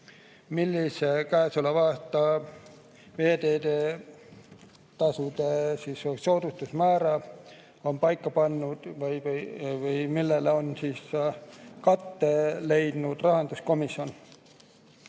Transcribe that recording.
millise veeteetasude soodustuse määra on paika pannud või millele on katte leidnud rahanduskomisjon.